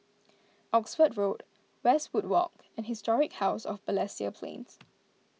Oxford Road Westwood Walk and Historic House of Balestier Plains